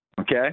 Okay